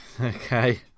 Okay